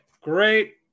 great